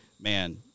man